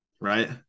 right